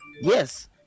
yes